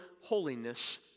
holiness